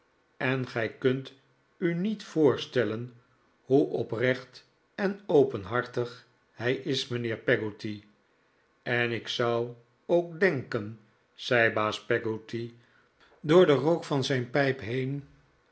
en gij kunt u niet voorstellen hoe oprecht en openhartig hij is mijnheer peggotty en ik zou ook denken zei baas peggotty door den rook van zijn pijp heen